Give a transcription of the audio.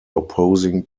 opposing